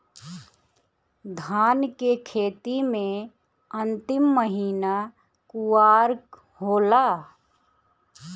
धान के खेती मे अन्तिम महीना कुवार होला?